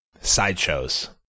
Sideshows